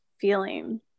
feeling